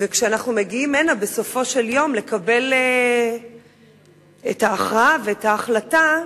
וכשאנחנו מגיעים הנה בסופו של יום לקבל את ההכרעה ואת ההחלטה,